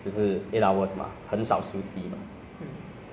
will eventually slowly ah collapse lah eventually